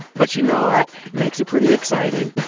but you know what? makes it pretty exciting